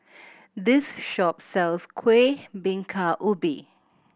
this shop sells Kuih Bingka Ubi